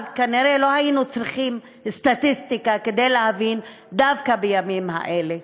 אבל כנראה לא היינו צריכים סטטיסטיקה כדי להבין בימים האלה,